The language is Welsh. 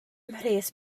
mhres